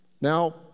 Now